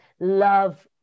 love